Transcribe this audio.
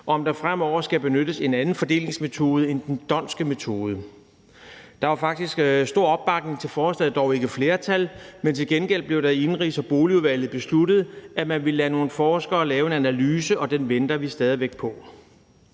om der fremover skal benyttes en anden fordelingsmetode end den d'Hondtske metode. Der var faktisk stor opbakning til forslaget, men dog ikke flertal, men til gengæld blev det i Indenrigs- og Boligudvalget besluttet, at man ville lade nogle forskere lave en analyse, og den venter vi stadig væk på.